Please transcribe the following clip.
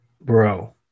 bro